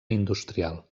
industrial